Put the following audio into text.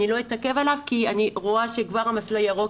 לא אתעכב עליו כי אני רואה שכבר המסלול הירוק